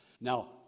Now